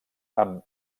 amb